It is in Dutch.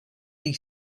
die